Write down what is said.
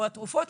או תרופות,